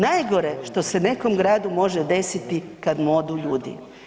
Najgore što se nekom gradu može desiti kad mu odu ljudi.